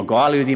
עם הגורל היהודי,